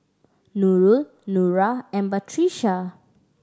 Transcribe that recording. Nurul Nura and Batrisya